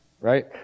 Right